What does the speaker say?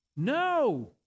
No